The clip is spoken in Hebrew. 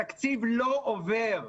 התקציב לא עובר.